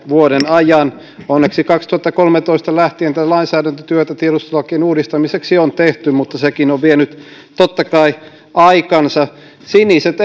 vuoden ajan onneksi vuodesta kaksituhattakolmetoista lähtien tätä lainsäädäntötyötä tiedustelulakien uudistamiseksi on tehty mutta sekin on vienyt totta kai aikansa siniset